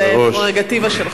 זה פררוגטיבה שלך.